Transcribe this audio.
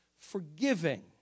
Forgiving